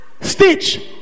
Stitch